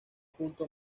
punto